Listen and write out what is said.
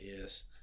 yes